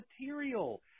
material